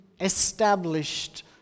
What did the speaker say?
established